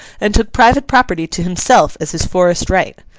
and took private property to himself as his forest right.